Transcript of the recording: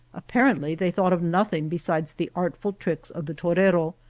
apparently they thought of nothing besides the artful tricks of the torero,